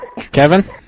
Kevin